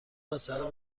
مسأله